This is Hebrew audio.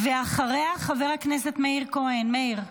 אחריה, חבר הכנסת מאיר כהן, מאיר.